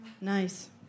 Nice